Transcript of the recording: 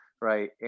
right